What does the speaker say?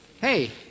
Hey